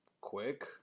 quick